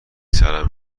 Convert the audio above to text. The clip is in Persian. سرم